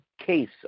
case